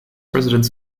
residents